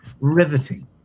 riveting